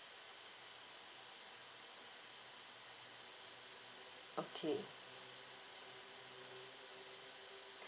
okay